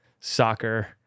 soccer